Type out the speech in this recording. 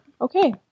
Okay